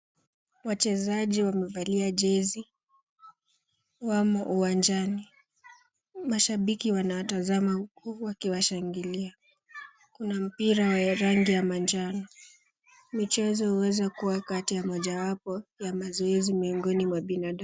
Wachezaji wamevalia jezi wamo uwanjani. Mashabiki wanawatazama huku wakiwashangilia. Kuna mpira wa rangi ya manjano. Michezo huweza kuwa kati ya moja wapo ya mazoezi miongoni mwa binadamu.